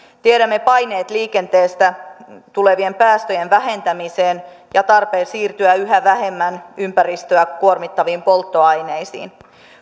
tiedämme paineet liikenteestä tulevien päästöjen vähentämiseen ja tarpeen siirtyä yhä vähemmän ympäristöä kuormittaviin polttoaineisiin